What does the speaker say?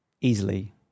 easily